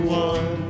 one